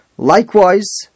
Likewise